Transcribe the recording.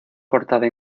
cortada